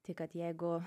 tai kad jeigu